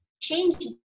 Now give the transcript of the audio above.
change